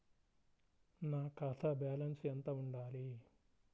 నా ఖాతా బ్యాలెన్స్ ఎంత ఉండాలి?